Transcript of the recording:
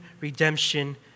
redemption